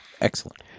Excellent